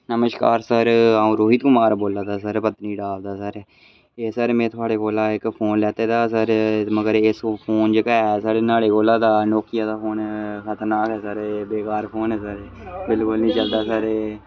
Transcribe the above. नमस्कार सर अं'ऊ रोहित कुमार बोल्ला दा पत्नीटॉप दा सर पत्नीटॉप दा सर एह् सर में थुहाड़े कोला इक्क फोन लैते दा हा सर मगर एह् फोन जेह्का एह् न्हाड़े कोला नोकिया दा फोन खतरनाक ऐ सर एह् बेकार फोन ऐ सर बिलकुल निं चलदा सर एह्